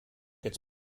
its